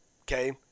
Okay